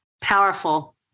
Powerful